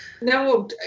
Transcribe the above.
No